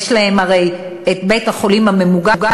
יש להם הרי בית-חולים ממוגן,